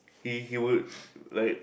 he he would like